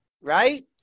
right